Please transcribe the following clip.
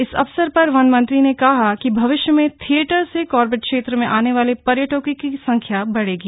इस अवसर पर वन मंत्री ने कहा कि भविष्य में थियेटर से कॉर्बेट क्षेत्र में आने वाले पर्यटकों की संख्या बढ़ेगी